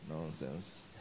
Nonsense